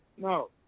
No